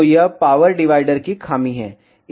तो यह power divider की खामी है